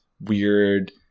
weird